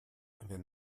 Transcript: wenn